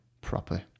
proper